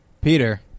Peter